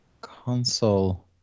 console